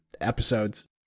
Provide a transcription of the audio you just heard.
episodes